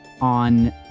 on